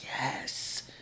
Yes